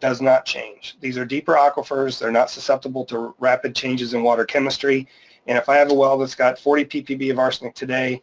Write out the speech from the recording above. does not change. these are deeper aquifers, they're not susceptible to rapid changes in water chemistry. and if i have a well that's got forty ppb arsenic today,